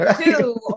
Two